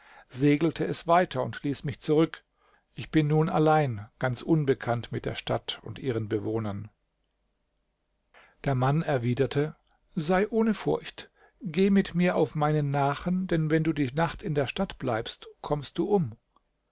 segelte es weiter und ließ mich zurück ich bin nun allein ganz unbekannt mit der stadt und ihren bewohnern der mann erwiderte sei ohne furcht geh mit mir auf meinen nachen denn wenn du die nacht in der stadt bleibst kommst du um